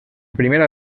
primera